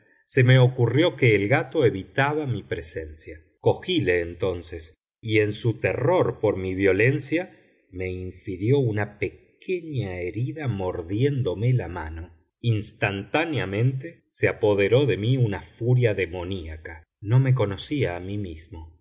se me ocurrió que el gato evitaba mi presencia cogíle entonces y en su terror por mi violencia me infirió una pequeña herida mordiéndome la mano instantáneamente se apoderó de mí una furia demoniaca no me conocía a mí mismo